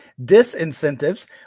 disincentives